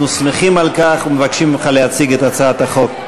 אנחנו שמחים על כך ומבקשים ממך להציג את הצעת החוק.